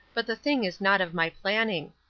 but the thing is not of my planning.